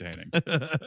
entertaining